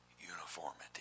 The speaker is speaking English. uniformity